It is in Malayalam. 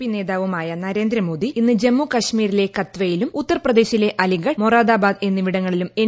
പി നേതാവുമായ നരേന്ദ്രമോദി ഇന്ന് ജമ്മു കാശ്മീരിലെ കത്വയിലും ഉത്തർപ്രദേശിലെ അലിഗഡ് മൊറാദാബാദ് എന്നിവിടങ്ങളിലും എൻ